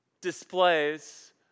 displays